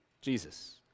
Jesus